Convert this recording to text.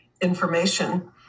information